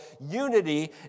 unity